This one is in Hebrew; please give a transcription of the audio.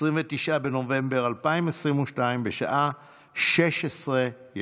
29 בנובמבר 2022, בשעה 16:00.